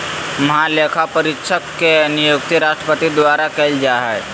महालेखापरीक्षक के नियुक्ति राष्ट्रपति द्वारा कइल जा हइ